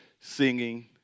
singing